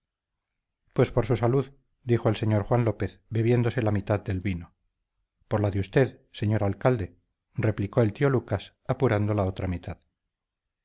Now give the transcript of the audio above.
pues por su salud dijo el señor juan lópez bebiéndose la mitad del vino por la de usted señor alcalde replicó el tío lucas apurando la otra mitad